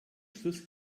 schluss